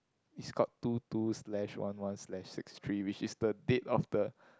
it's called two two slash one one slash six three which is the date of the